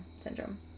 syndrome